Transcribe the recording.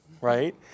right